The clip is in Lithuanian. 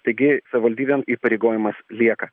taigi savivaldybėm įpareigojimas lieka